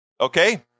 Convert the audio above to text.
Okay